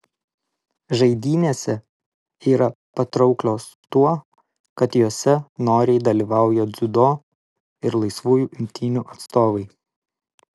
žaidynėse yra patrauklios tuo kad jose noriai dalyvauja dziudo ir laisvųjų imtynių atstovai